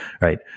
right